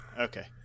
Okay